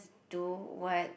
do what